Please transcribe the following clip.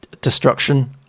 destruction